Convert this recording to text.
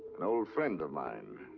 an old friend of mine.